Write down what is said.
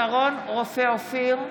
שרון רופא אופיר,